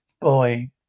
Boy